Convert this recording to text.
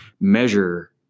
measure